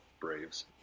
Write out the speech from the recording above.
Braves